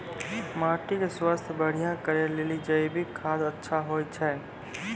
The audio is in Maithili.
माटी के स्वास्थ्य बढ़िया करै ले जैविक खाद अच्छा होय छै?